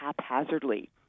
haphazardly